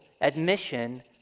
admission